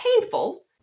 painful